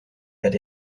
that